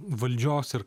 valdžios ir